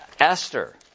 Esther